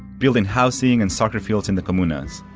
building housing and soccer fields in the comunas.